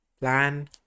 plan